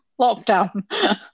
lockdown